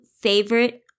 favorite